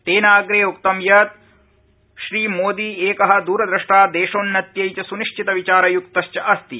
तेन अप्रे उक्तम् यत् श्रीमोदी एक दुद्रष्टा देशोन्नत्यै च सुनिश्चित विचारयुक्तश्च अस्ति